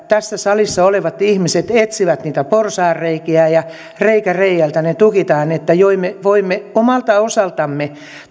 tässä salissa olevat ihmiset etsivät niitä porsaanreikiä ja reikä reiältä ne tukitaan niin että voimme omalta osaltamme